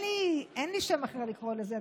אין לי שם אחר לקרוא לזה,